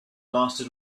lasted